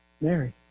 Mary